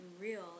real